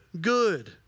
good